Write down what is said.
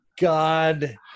God